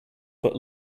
but